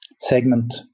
segment